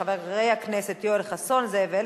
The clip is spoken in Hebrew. חבר הכנסת ציון פיניאן,